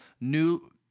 new